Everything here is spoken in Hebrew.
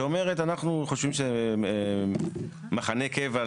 שאומרת: אנחנו חושבים שמחנה קבע,